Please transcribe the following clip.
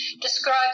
describe